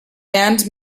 band